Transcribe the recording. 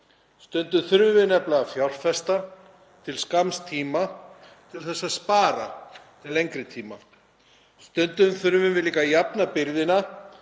Stundum þurfum við nefnilega að fjárfesta til skamms tíma til að spara til lengri tíma. Stundum þurfum við líka að jafna byrðina